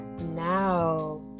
Now